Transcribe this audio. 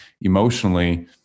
emotionally